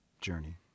journey